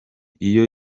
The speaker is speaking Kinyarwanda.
iyo